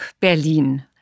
Berlin